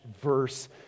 verse